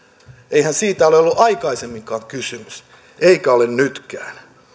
eihän siitä ole ollut aikaisemminkaan kysymys eikä ole nytkään